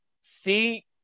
see